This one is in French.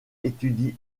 étudie